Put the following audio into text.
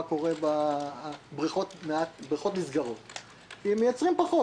קורה בריכות נסגרות כי מייצרים פחות.